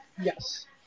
Yes